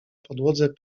podłodze